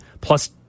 plus –